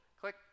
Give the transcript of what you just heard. Click